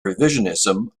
revisionism